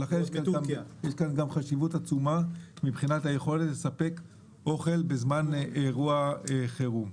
ולכן יש כאן חשיבות עצומה גם מבחינת היכולת לספק אוכל בזמן אירוע חירום.